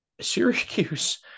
Syracuse